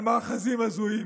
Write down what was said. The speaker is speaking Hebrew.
על מאחזים הזויים,